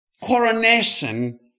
coronation